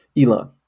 Elon